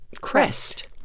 Crest